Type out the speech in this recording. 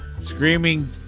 screaming